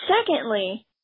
Secondly